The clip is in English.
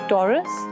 Taurus